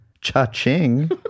Cha-ching